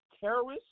terrorists